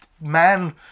man